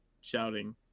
shouting